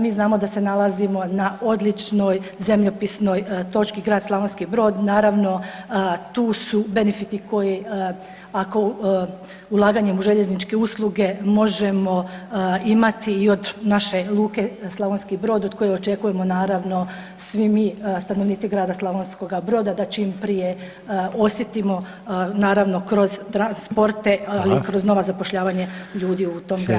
Mi znamo da se nalazimo na odličnoj zemljopisnoj točki grad Slavonski Brod, naravno tu su benefiti koje ako ulaganjem u željezničke usluge možemo imati i od naše luke Slavonski Brod od koje očekujemo naravno svi mi stanovnici grada Slavonskog Broda da čim prije osjetimo naravno kroz transporte i kroz nova zapošljavanja [[Upadica: Hvala.]] ljudi u tom gradu.